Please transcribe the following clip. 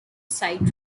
side